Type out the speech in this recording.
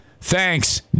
Thanks